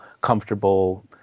comfortable